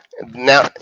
Now